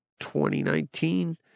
2019